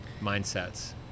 mindsets